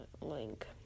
link